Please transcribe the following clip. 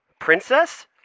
Princess